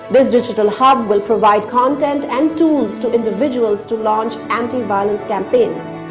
this digital hub will provide content and tools to individuals to launch anti violence campaigns.